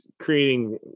creating